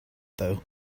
though